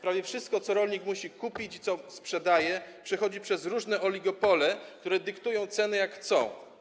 Prawie wszystko, co rolnik musi kupić i co sprzedaje, przechodzi przez różne oligopole, które dyktują ceny, jak chcą.